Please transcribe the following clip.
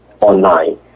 online